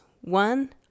One